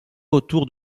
autour